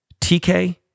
TK